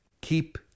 Keep